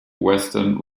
western